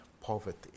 poverty